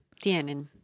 Tienen